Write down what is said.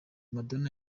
madonna